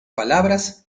palabras